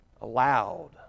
allowed